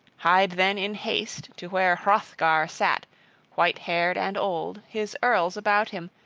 hied then in haste to where hrothgar sat white-haired and old, his earls about him,